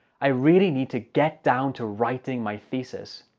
i really need to get down to writing my thesis.